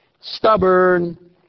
stubborn